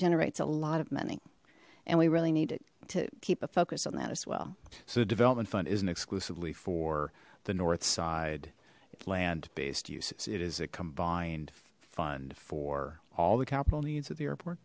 generates a lot of money and we really need to keep a focus on that as well so the development fund isn't exclusively for the north side land based uses it is a combined fund for all the capital needs at the airport